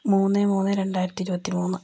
മൂന്ന് മൂന്ന് രണ്ടായിരത്തി ഇരുപത്തി മൂന്ന്